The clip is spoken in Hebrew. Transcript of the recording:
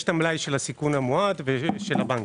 יש המלאי של הסיכון המועט ויש של הבנקים,